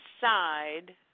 side